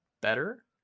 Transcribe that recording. better